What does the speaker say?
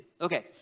Okay